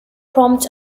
prompt